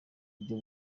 buryo